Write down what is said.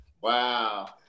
Wow